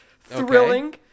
Thrilling